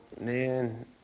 Man